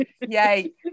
Yay